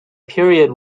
period